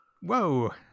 Whoa